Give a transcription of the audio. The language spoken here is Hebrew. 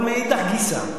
אבל מאידך גיסא,